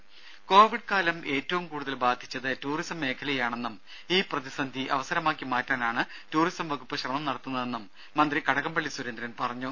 രുര കോവിഡ് കാലം ഏറ്റവും കൂടുതൽ ബാധിച്ചത് ടൂറിസം മേഖലയെ ആണെന്നും ഈ പ്രതിസന്ധി അവസരമാക്കി മാറ്റാനാണ് ടൂറിസം വകുപ്പ് ശ്രമം നടത്തുന്നതെന്നും മന്ത്രി കടകംപള്ളി സുരേന്ദ്രൻ പറഞ്ഞു